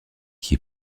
qui